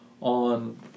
on